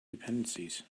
dependencies